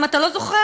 אם אתה לא זוכר,